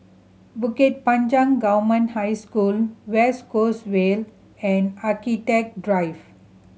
Bukit Panjang Government High School West Coast Vale and Architecture Drive